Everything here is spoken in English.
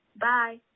Bye